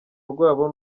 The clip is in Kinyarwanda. rwabo